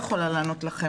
לענות לכם